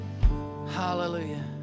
Hallelujah